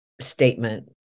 statement